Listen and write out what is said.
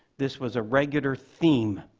this was a regular theme.